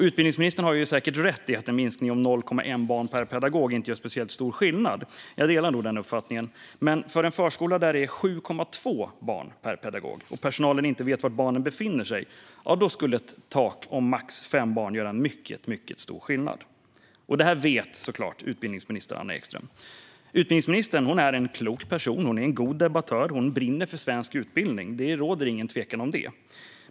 Utbildningsministern har säkert rätt i att en minskning om 0,1 barn per pedagog inte gör särskilt stor skillnad. Jag delar nog den uppfattningen. Men för en förskola där det är 7,2 barn per pedagog och personalen inte vet var barnen befinner sig skulle ett tak på max 5 barn göra mycket stor skillnad. Det här vet såklart utbildningsminister Anna Ekström. Utbildningsministern är en klok person och en god debattör, och hon brinner för svensk utbildning. Det råder inget tvivel om det.